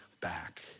back